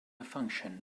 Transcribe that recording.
function